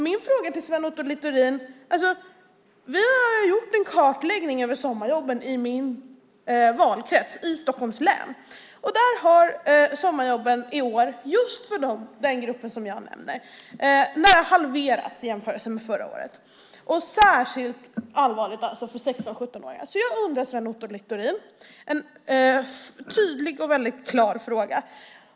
Jag har gjort en kartläggning över sommarjobben i min valkrets i Stockholms län, och där har sommarjobben i år just för den grupp som jag nämnde nära halverats jämfört med förra året. Det är alltså särskilt allvarligt för 16-17-åringar. Jag har då en väldigt tydlig och klar fråga till Sven Otto Littorin.